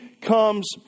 comes